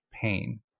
pain